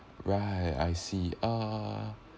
right I see uh